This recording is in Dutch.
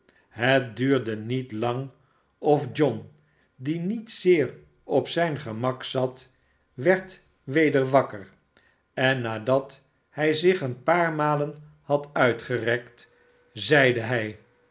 het duurde niet lang of john die niet zeer op zijn gemak zat werd weder wakker en nadat hij zich een paar malen had uitgerekt barnaby rudge zeide hij